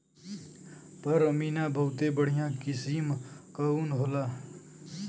पश्मीना बहुते बढ़िया किसम क ऊन होला